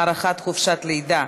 הארכת חופשת לידה),